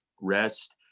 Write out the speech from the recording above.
Rest